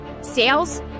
sales